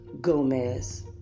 Gomez